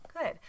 Good